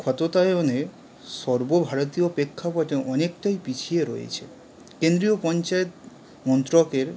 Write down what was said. ক্ষমতায়নে সর্বভারতীয় প্রেক্ষাপটে অনেকটাই পিছিয়ে রয়েছে কেন্দ্রীয় পঞ্চায়েত মন্ত্রকের